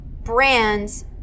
Brands